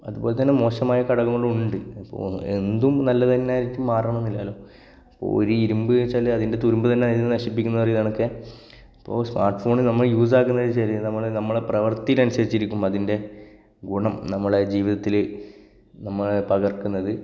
അതുപോലെ തന്നെ മോശമായ ഘടകങ്ങളും ഉണ്ട് ഇപ്പോൾ എന്തും നല്ലത് തന്നെയായിട്ട് മാറണം എന്നില്ലല്ലോ ഒരു ഇരുമ്പെന്നു വെച്ചാൽ അതിന്റെ തുരുമ്പു തന്നെയാണ് അതിനെ നശിപ്പിക്കുന്നതെന്നു പറയുക കണക്കേ ഇപ്പോൾ സ്മാര്ട്ട് ഫോണ് നമ്മൾ യൂസ് ആക്കെന്നു വെച്ചാൽ നമ്മൾ നമ്മളെ പ്രവര്ത്തിക്കനുസരിച്ചിരിക്കും അതിന്റെ ഗുണം നമ്മുടെ ജീവിതത്തിൽ നമ്മളെ തകര്ക്കുന്നത്